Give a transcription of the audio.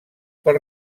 per